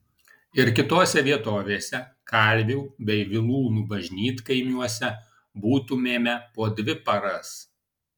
ir kitose vietovėse kalvių bei vilūnų bažnytkaimiuose būtumėme po dvi paras